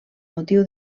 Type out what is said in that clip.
motiu